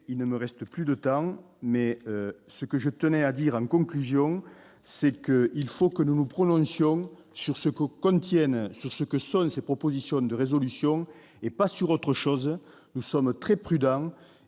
il ne me reste plus de temps, mais ce que je tenais à dire en conclusion, c'est qu'il faut que nous nous prononcions sur ce coup-contiennent sur ce que sont ces propositions de résolution et pas sur autre chose, nous sommes très prudents